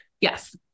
Yes